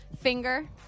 Finger